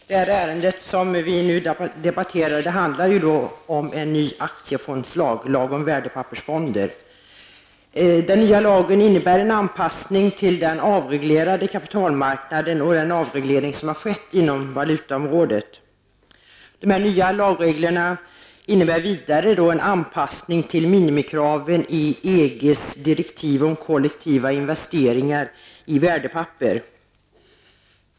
Fru talman! Det ärende vi nu debatterar handlar om en ny aktiefondslag -- lag om värdepappersfonder. Den nya lagen innebär en anpassning till den avreglerade kapitalmarknaden och den avreglering som har skett på valutaområdet. De nya lagreglerna innebär vidare en anpassning till minimikraven i EGs direktiv om kollektiva investeringar i värdepapper.